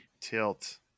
Tilt